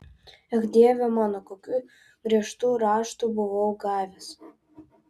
ech dieve mano kokių griežtų raštų buvau gavęs